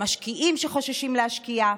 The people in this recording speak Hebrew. על המשקיעים שחוששים להשקיע.